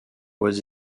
was